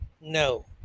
No